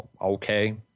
okay